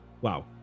wow